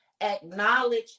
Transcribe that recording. acknowledge